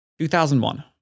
2001